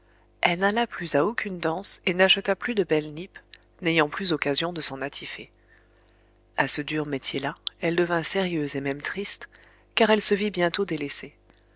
elle n'alla plus à aucune danse et n'acheta plus de belles nippes n'ayant plus occasion de s'en attifer à ce dur métier-là elle devint sérieuse et même triste car elle se vit bientôt délaissée